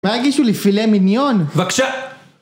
מה הגישו לי? פילה מיניון? בבקשה!